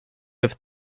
have